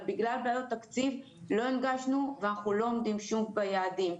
בוצעה הנגשה בגלל בעיות תקציב ואנחנו לא עומדים שוב ביעדים.